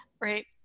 right